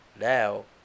Now